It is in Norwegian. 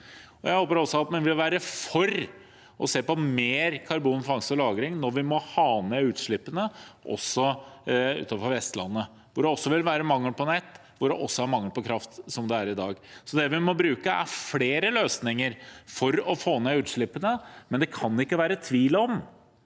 Jeg håper også at man vil være for å se på mer karbonfangst og -lagring når vi må ha ned utslippene også utenfor Vestlandet, hvor det også vil være mangel på nett, og hvor det også er mangel på kraft, som det er i dag. Det vi må bruke, er flere løsninger for å få ned utslippene, men det kan ikke være tvil om